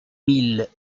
mille